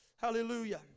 Hallelujah